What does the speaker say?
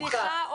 סליחה,